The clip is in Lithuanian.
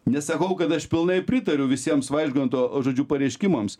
nesakau kad aš pilnai pritariu visiems vaižganto žodžiu pareiškimams